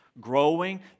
growing